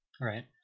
right